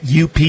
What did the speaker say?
UP